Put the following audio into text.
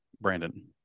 Brandon